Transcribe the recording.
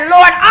Lord